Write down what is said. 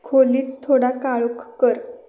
खोलीत थोडा काळोख कर